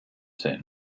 say